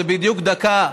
זה בדיוק דקה.